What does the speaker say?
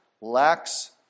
lacks